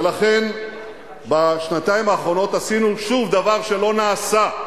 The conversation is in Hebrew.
ולכן, בשנתיים האחרונות עשינו שוב דבר שלא נעשה.